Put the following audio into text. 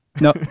No